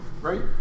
Right